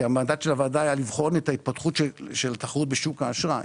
המנדט של הוועדה היה לבחון את ההתפתחות של תחרות בשוק האשראי